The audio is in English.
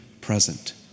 present